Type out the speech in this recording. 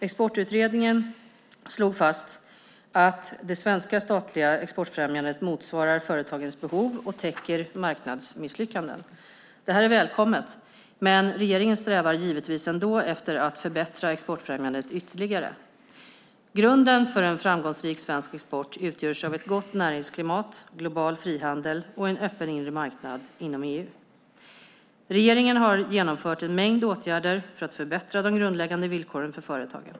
Exportutredningen slog fast att det svenska statliga exportfrämjandet motsvarar företagens behov och täcker marknadsmisslyckanden. Det här är välkommet, men regeringen strävar givetvis ändå efter att förbättra exportfrämjandet ytterligare. Grunden för en framgångsrik svensk export utgörs av ett gott näringsklimat, global frihandel och en öppen inre marknad inom EU. Regeringen har genomfört en mängd åtgärder för att förbättra de grundläggande villkoren för företagen.